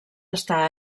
està